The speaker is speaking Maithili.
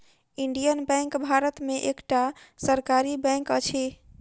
इंडियन बैंक भारत में एकटा सरकारी बैंक अछि